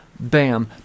BAM